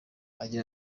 agira